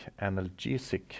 analgesic